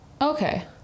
Okay